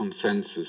consensus